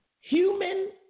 Human